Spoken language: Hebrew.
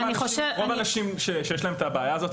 רוב האנשים שיש להם את הבעיה הזאת,